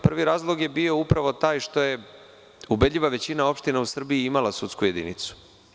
Prvi razlog je bio upravo taj što je ubedljiva većina opština u Srbiji imala sudsku jedinicu.